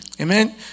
Amen